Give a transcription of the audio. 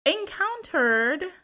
encountered